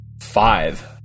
Five